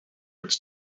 its